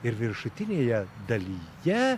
ir viršutinėje dalyje